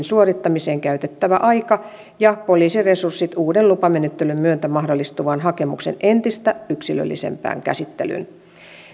suorittamiseen käytettävä aika ja poliisiresurssit uuden lupamenettelyn myötä mahdollistuvaan hakemuksen entistä yksilöllisempään käsittelyyn